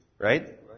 right